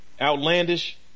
outlandish